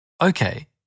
Okay